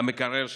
מהמקרר שלי.